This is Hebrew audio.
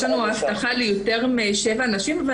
יש לנו הבטחה להעסקה של יותר משבע נשים.